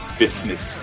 business